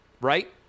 right